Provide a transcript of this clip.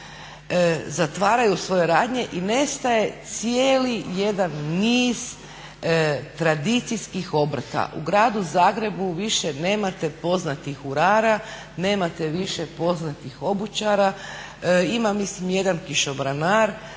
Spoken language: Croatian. Zatvaraju svoje radnje i nestaje cijeli jedan niz tradicijskih obrta. U gradu Zagrebu više nemate poznatih urara, nemate više poznatih obućara. Ima mislim jedan kišobranar,